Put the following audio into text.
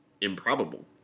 improbable